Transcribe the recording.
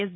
yes